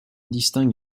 distingue